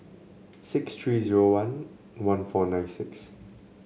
six three zero one one four nine six